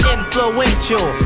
Influential